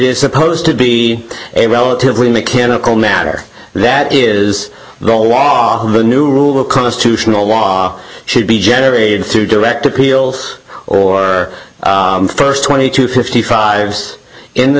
is supposed to be a relatively mechanical matter that is the law the new rule of constitutional law should be generated through direct appeals or first twenty to fifty five's in the